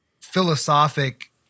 philosophic